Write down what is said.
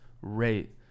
rate